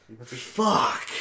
Fuck